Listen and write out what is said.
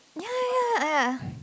ya ya ya